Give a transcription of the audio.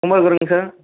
குமரகுருங்க sir